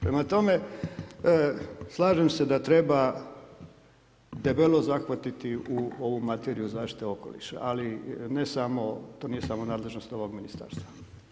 Prema tome, slažem se da treba, debelo zahvatiti u ovu materiju zaštite okoliša, ali ne samo, to nije samo nadležnost ovog ministarstva.